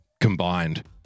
combined